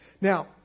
Now